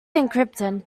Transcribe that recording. encryption